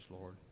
Lord